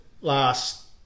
last